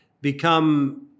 become